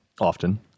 Often